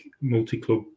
multi-club